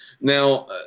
now